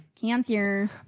Cancer